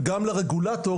גם לרגולטור